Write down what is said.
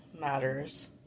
matters